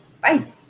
Bye